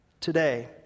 today